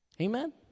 Amen